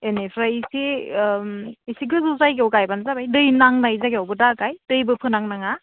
बेनिफ्राय इसे इसे गोजौ जायगायाव गायबानो जाबाय दै नांनाय जायगायावबो दागाय दैबो फोनांनाङा